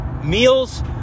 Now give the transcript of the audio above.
Meals